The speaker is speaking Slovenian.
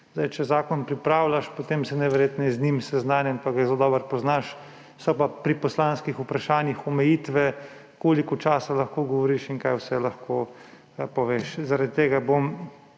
veste, če zakon pripravljaš, potem si najverjetneje z njim seznanjen pa ga zelo dobro poznaš. So pa pri poslanskih vprašanjih omejitve, koliko časa lahko govoriš in kaj vse lahko poveš. Zaradi tega bom